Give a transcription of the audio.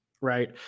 right